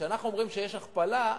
כשאנחנו אומרים שיש הכפלה,